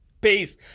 Peace